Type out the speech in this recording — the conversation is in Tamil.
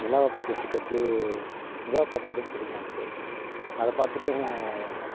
நிலாவைப் பார்த்துட்ருக்குறது நிலாவைப் பார்க்குறதும் பிடிக்கும் எனக்கு அதிப் பார்த்துட்டு என்ன